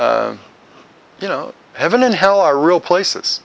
you know heaven and hell are real places